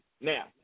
Now